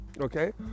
okay